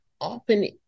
often